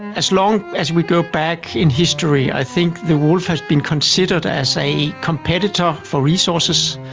as long as we go back in history i think the wolf has been considered as a competitor for resources.